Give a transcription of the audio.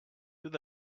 what